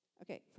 Okay